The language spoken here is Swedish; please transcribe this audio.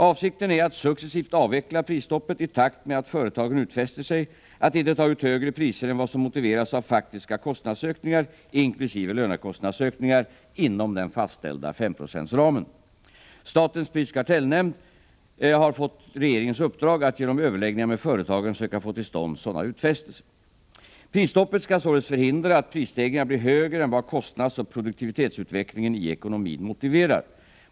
Avsikten är att successivt avveckla prisstoppet i takt med att företagen utfäster sig att inte ta ut högre priser än vad som motiveras av, faktiska kostnadsökningar, inkl. lönekostnadsökningar inom den fastställda femprocentsramen. Statens prisoch kartellnämnd har fått regeringens uppdrag att genom överläggningar med företagen söka få till stånd sådana utfästelser. Prisstoppet skall således förhindra att prisstegringarna blir högre än vad kostnadsoch produktivitetsutvecklingen i ekonomin motiverar.